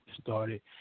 started